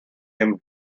him